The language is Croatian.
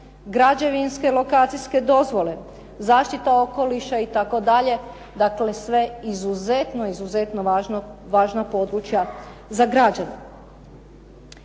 građevinske lokacijske dozvole, zaštita okoliša itd. dakle sve izuzetno važna područja za građane.